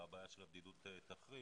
והבעיה של הבדידות תחריף.